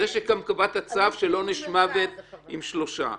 זה שקבע את הצו של עונש מוות עם שלושה.